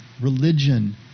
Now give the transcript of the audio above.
religion